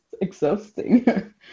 exhausting